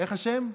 איך השם?